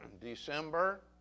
December